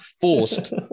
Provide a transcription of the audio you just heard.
forced